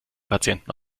patienten